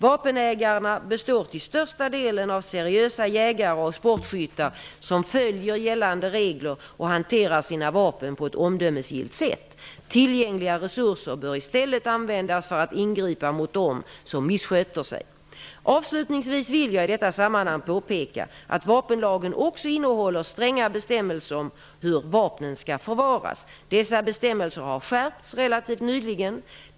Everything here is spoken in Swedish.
Vapenägarna består till allra största delen av seriösa jägare och sportskyttar som följer gällande regler och hanterar sina vapen på ett omdömesgillt sätt. Tillgängliga resurser bör i stället användas för att ingripa mot dem som missköter sig. Avslutningsvis vill jag i detta sammanhang påpeka att vapenlagen också innehåller stränga bestämmelser om hur vapen skall förvaras. Dessa bestämmelser har skärpts relativt nyligen.